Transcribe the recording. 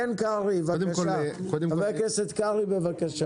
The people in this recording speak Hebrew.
כן ח"כ קרעי בבקשה.